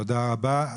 תודה רבה.